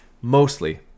mostly